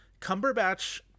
Cumberbatch